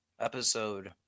episode